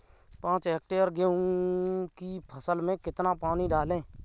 पाँच हेक्टेयर गेहूँ की फसल में कितना पानी डालें?